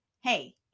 Hey